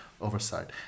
oversight